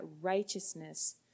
righteousness